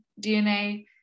DNA